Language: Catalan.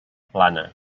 plana